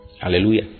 hallelujah